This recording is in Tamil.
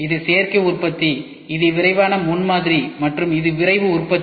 இது சேர்க்கை உற்பத்தி இது விரைவான முன்மாதிரி மற்றும் இது விரைவு உற்பத்தி